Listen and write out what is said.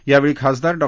यावेळी खासदार डॉ